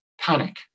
panic